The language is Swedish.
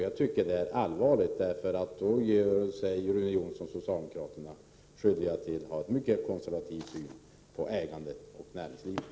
Jag tycker att det är allvarligt, därför att då gör sig Rune Jonsson och socialdemokraterna skyldiga till att ha en mycket konservativ syn på ägandet och näringslivet.